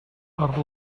per